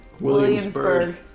Williamsburg